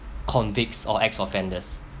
convicts or ex offenders